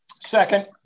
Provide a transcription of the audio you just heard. Second